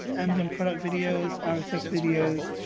amazon product videos, ah rss videos,